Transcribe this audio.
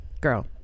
girl